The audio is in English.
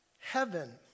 heaven